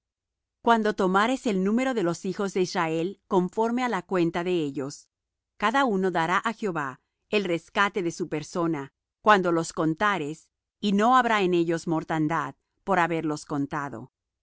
cuando tomares el número de los hijos de israel conforme á la cuenta de ellos cada uno dará á jehová el rescate de su persona cuando los contares y no habrá en ellos mortandad por haberlos contado